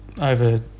over